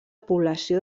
població